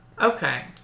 Okay